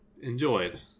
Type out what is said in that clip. enjoyed